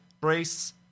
Brace